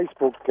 Facebook